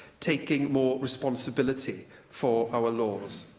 taking more responsibility for our laws.